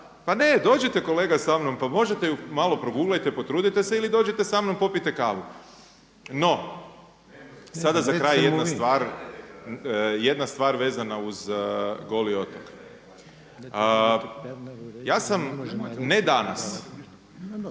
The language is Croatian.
Pa ne, dođite kolega sa mnom. Pa možete ju, malo proguglajte, potrudite se ili dođite sa mnom popite kavu. No, sada za kraj jedna stvar vezana uz Goli otok. Ja sam ne danas, ne